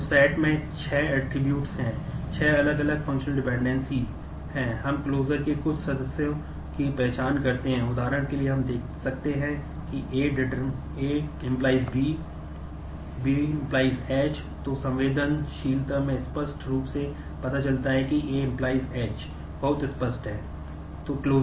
इसी तरह हम देख सकते हैं कि A→C